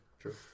true